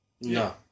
No